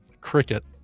Cricket